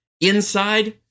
Inside